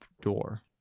door